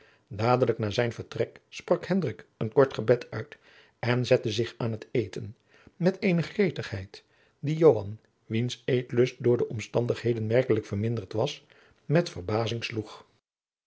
dadelijk na zijn vertrek sprak hendrik een kort gebed uit en zette zich aan t eten met eene gretigheid die joan wiens eetlust door de omstandigheden merkelijk verminderd was met verbazing sloeg